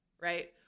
right